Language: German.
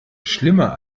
schlimmer